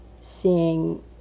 seeing